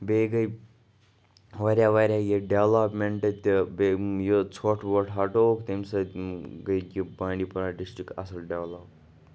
بیٚیہِ گٔے واریاہ واریاہ یہِ ڈیٚولَپمٮ۪نٛٹ تہِ بیٚیہِ یہِ ژھۄٹھ وۄٹھ ہَٹووُکھ تیٚمہِ سۭتۍ گٔے یہِ بانڈی پورہ ڈِسٹِرٛک اَصٕل ڈیٚولَپ